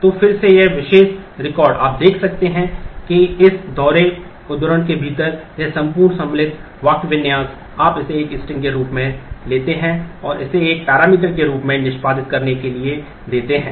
तो फिर से यह विशेष रिकॉर्ड आप देख सकते हैं कि इस दोहरे उद्धरण के भीतर यह संपूर्ण सम्मिलित वाक्यविन्यास आप इसे एक स्ट्रिंग के रूप में लेते हैं और इसे एक पैरामीटर के रूप में निष्पादित करने के लिए देते हैं